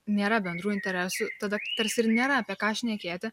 nėra bendrų interesų tada tarsi ir nėra apie ką šnekėti